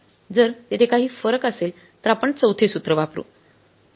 जर तेथे काही फरक असेल तर आपण चौथे सूत्र वापरू